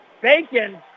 Bacon